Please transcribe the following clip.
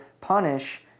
punish